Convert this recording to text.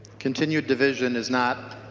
continued division is not